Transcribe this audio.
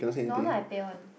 no wonder I pay one